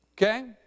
Okay